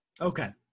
Okay